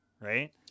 right